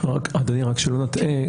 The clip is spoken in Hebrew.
אדוני, רק שלא נטעה.